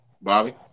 Bobby